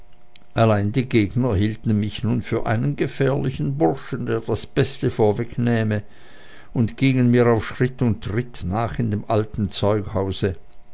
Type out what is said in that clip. allein die gegner hielten mich nun für einen gefährlichen burschen der das beste vorwegnähme und gingen mir auf schritt und tritt nach in dem alten zeughause